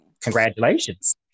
Congratulations